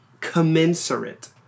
commensurate